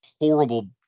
horrible